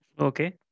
okay